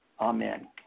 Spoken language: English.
Amen